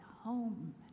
home